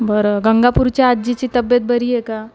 बरं गंगापूरच्या आजीची तब्येत बरी आहे का